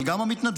אבל גם למתנדבים,